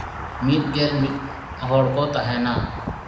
ᱢᱤᱫ ᱜᱮᱞ ᱢᱤᱫ ᱦᱚᱲ ᱠᱚ ᱛᱟᱦᱮᱱᱟ